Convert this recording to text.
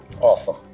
Awesome